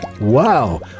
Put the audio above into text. Wow